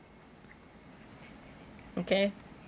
okay